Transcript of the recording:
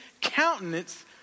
countenance